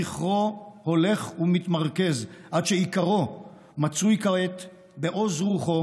זכרו הולך ומתמרכז עד שעיקרו מצוי כעת בעוז רוחו